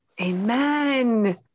Amen